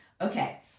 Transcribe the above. Okay